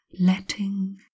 Letting